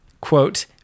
quote